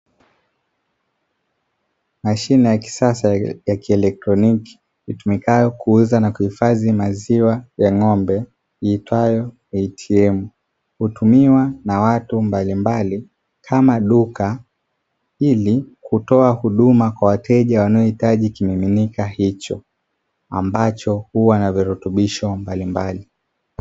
Mashine ya kisasa ya kielektroniki itumikayo kuuza na kuhifadhi maziwa ya ng'ombe iitwayo ATM, hutumiwa na watu mbalimbali kama duka ili kutoa huduma kwa wateja wanaohitaji kimiminika hicho ambacho huwa na virutubisho mbalimbali.